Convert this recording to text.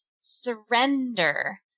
surrender